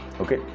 Okay